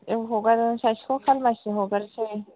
औ हगार सासेखौ खालमासि हगारसै